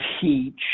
teach